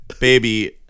Baby